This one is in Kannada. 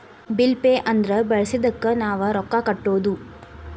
ಬಿಲ್ ಪೆ ಅಂದ್ರ ಬಳಸಿದ್ದಕ್ಕ್ ನಾವ್ ರೊಕ್ಕಾ ಕಟ್ಟೋದು